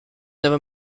never